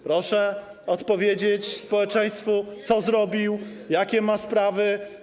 Proszę opowiedzieć społeczeństwu, co zrobił, jakie ma sprawy.